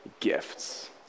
gifts